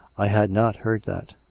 i had not heard that.